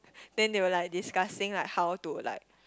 then they were like discussing like how to like